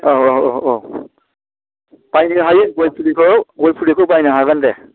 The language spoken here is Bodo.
औ औ औ औ बायनो हायो गय फुलिखौ गय फुलिखौ बायनो हागोन दे